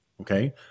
okay